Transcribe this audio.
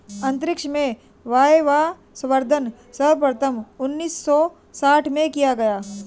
अंतरिक्ष में वायवसंवर्धन सर्वप्रथम उन्नीस सौ साठ में किया गया